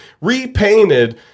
repainted